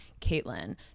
Caitlin